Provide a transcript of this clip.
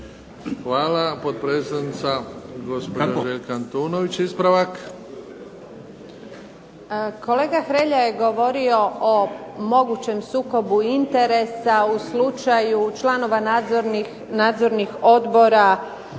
Hvala. Potpredsjednica gospođa Željka Antunović ispravak. **Antunović, Željka (SDP)** Kolega Hrelja je govorio o mogućem sukobu interesa u slučaju članova nadzornih odbora